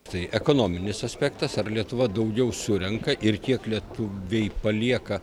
tai ekonominis aspektas ar lietuva daugiau surenka ir tiek lietuviai palieka